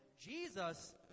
Jesus